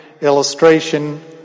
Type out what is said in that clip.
illustration